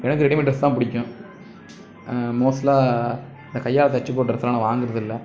எனக்கு readymade dress தான் பிடிக்கும் மோஸ்ட்லா இந்த கையால் தைச்சி போடுற டிரெஸ்லாம் நான் வாங்குறதில்ல